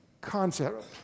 concept